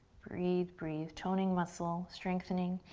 breathe, breathe. toning muscle, strengthening,